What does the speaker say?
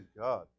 God